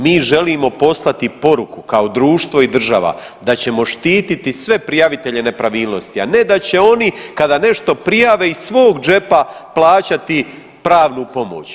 Mi želimo poslati poruku kao društvo i država da ćemo štititi sve prijavitelje nepravilnosti, a ne da će oni kada nešto prijave iz svog džepa plaćati pravnu pomoć.